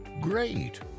great